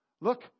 Look